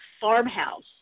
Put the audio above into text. farmhouse